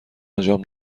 انجام